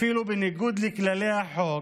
אפילו בניגוד לכללי החוק,